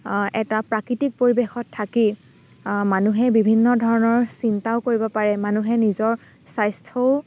এটা প্ৰাকৃতিক পৰিৱেশত থাকি মানুহে বিভিন্ন ধৰণৰ চিন্তাও কৰিব পাৰে মানুহে নিজৰ স্বাস্থ্যও